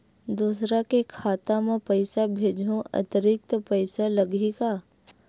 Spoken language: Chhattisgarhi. दूसरा के खाता म पईसा भेजहूँ अतिरिक्त पईसा लगही का?